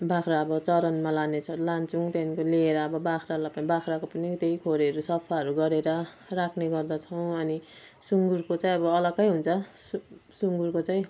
बाख्रा अब चरनमा लाने छ लान्छौँ त्यहाँदेखिनको लिएर अब बाख्रालाई त बाख्राको पनि त्यही खोरहरू सफाहरू गरेर राख्ने गर्दछौँ अनि सुङ्गुरको चाहिँ अब अलग्गै हुन्छ सुङ् सुङ्गुरको चाहिँ